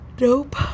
Nope